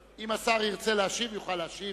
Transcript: בבקשה.